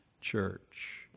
church